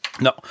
No